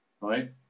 right